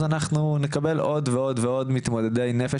אז אנחנו נקבל עוד ועוד מתמודדי נפש,